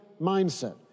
mindset